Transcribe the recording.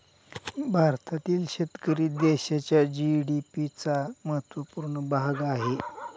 भारतातील शेतकरी देशाच्या जी.डी.पी चा महत्वपूर्ण भाग आहे